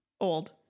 Old